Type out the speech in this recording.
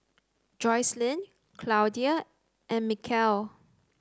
Joseline Claudia and Mikeal